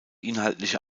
inhaltliche